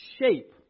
shape